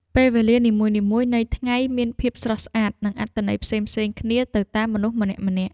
ពេលវេលានីមួយៗនៃថ្ងៃមានភាពស្រស់ស្អាត និងអត្ថន័យផ្សេងៗគ្នាទៅតាមមនុស្សម្នាក់ៗ។